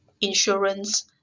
insurance